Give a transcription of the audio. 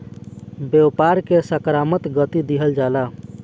व्यापार के सकारात्मक गति दिहल जाला